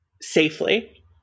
safely